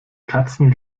katzen